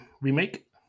remake